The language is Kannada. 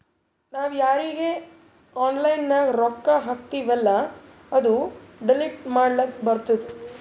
ನಾವ್ ಯಾರೀಗಿ ಆನ್ಲೈನ್ನಾಗ್ ರೊಕ್ಕಾ ಹಾಕ್ತಿವೆಲ್ಲಾ ಅದು ಡಿಲೀಟ್ ಮಾಡ್ಲಕ್ ಬರ್ತುದ್